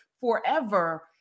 forever